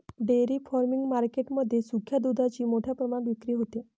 dairy farming market मध्ये सुक्या दुधाची मोठ्या प्रमाणात विक्री होते